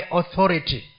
authority